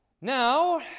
Now